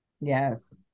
Yes